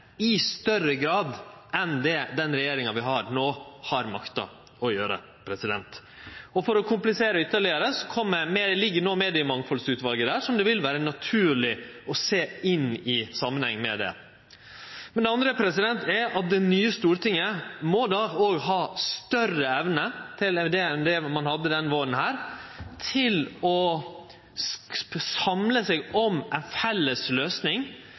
i større grad enn det som den regjeringa vi har no, har makta å gjere. For å komplisere dette ytterlegare, ligg no utgreiinga frå mediemangfaldsutvalet føre, og det vil vere naturleg å sjå dette i samanheng med ho. Det nye Stortinget må ha større evne enn ein hadde denne våren, til å samle seg om ei felles løysing,